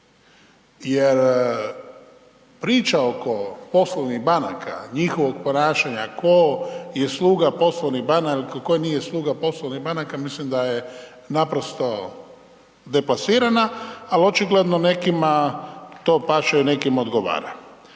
jer priča oko poslovnih banaka, njihovog ponašanja, tko je sluga poslovnih banaka, tko nije sluga poslovnih banaka mislim da je deplasirana, ali očigledno to paše nekima odgovara.